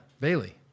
Bailey